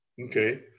okay